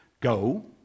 go